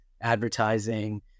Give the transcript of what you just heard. advertising